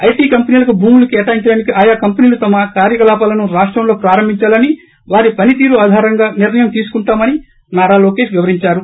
IT కంపెనీలక భూములు కేటాయించడానికి ఆయా కంపెనీలు తమ కార్యకలాపాలను రాష్టంలో ప్రారంభించాలని వారి పని తీరు ఆధారంగా నిర్ణయం తీసుకుంటామని నారా లోకేష్ వివరించారు